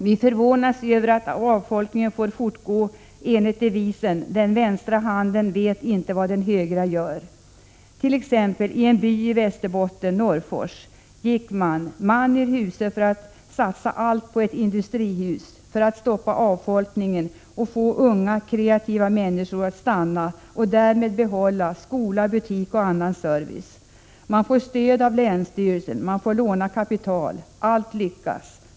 Vi förvånas över att avfolkningen får fortgå enligt devisen: den vänstra handen vet inte vad den högra gör. I en by i Västerbotten, Norrfors, gick man t.ex. man ur huse för att satsa allt på ett industrihus för att stoppa avfolkningen och få unga, kreativa människor att stanna och därmed behålla skola, butik och annan service. Man får stöd av länsstyrelsen, man får låna kapital — allt lyckas.